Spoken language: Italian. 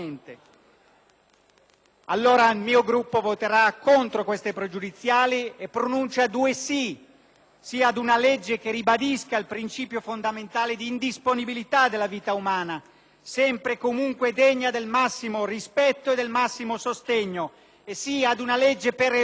Il mio Gruppo voterà contro le questioni pregiudiziali e si accinge a pronunciare due sì: sì ad una legge che ribadisca il principio fondamentale di indisponibilità della vita umana, sempre e comunque degna del massimo rispetto e del massimo sostegno; sì ad a una legge per Eluana,